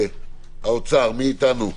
האוצר, מי איתנו?